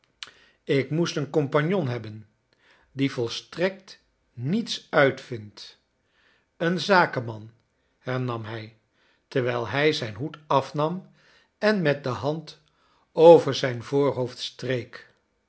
ik moest een compagnon hebben die volstrekt niets uitvindt een zakenman hernam hij terwijl hij zijn hoed afnam en met de hand over zijn voorhoofd streek